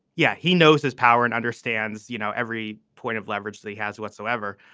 yeah. he knows his power and understands you know every point of leverage that he has whatsoever.